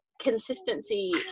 consistency